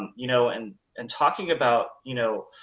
you know and and talking about, you know,